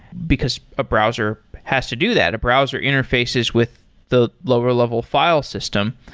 because a browser has to do that. a browser interfaces with the lower-level file system.